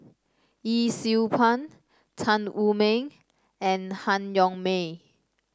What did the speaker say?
Yee Siew Pun Tan Wu Meng and Han Yong May